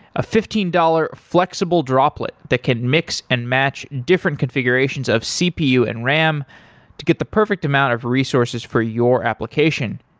a fifteen dollars flexible droplet that can mix and match different configurations of cpu and ram to get the perfect amount of resources for your application.